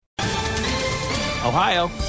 Ohio